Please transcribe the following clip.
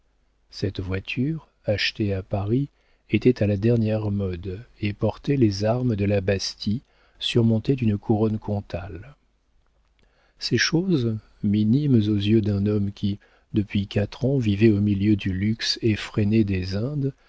cette voiture achetée à paris était à la dernière mode et portait les armes de la bastie surmontées d'une couronne comtale ces choses minimes aux yeux d'un homme qui depuis quatre ans vivait au milieu du luxe effréné des indes